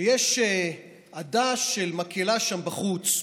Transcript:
יש עדה של מקהלה שם בחוץ,